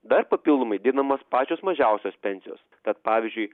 dar papildomai didinamos pačios mažiausios pensijos tad pavyzdžiui